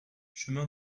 chemin